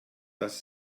dass